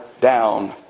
down